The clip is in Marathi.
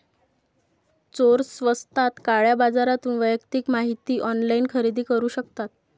चोर स्वस्तात काळ्या बाजारातून वैयक्तिक माहिती ऑनलाइन खरेदी करू शकतात